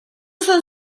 son